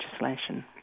legislation